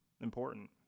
important